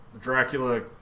Dracula